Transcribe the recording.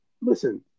listen –